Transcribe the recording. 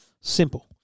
Simple